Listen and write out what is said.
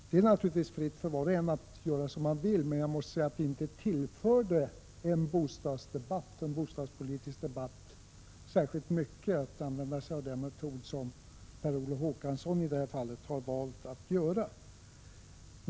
Det står naturligtvis var och en fritt att göra som han vill. Men jag måste säga att inte tillför det en bostadspolitisk debatt särskilt mycket att använda den metod som Per Olof Håkansson i det här fallet har valt.